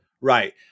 Right